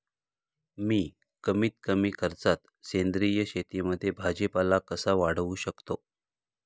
मी कमीत कमी खर्चात सेंद्रिय शेतीमध्ये भाजीपाला कसा वाढवू शकतो?